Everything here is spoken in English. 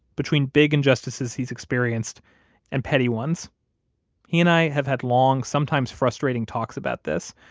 between big injustices he's experienced and petty ones he and i have had long, sometimes frustrating talks about this,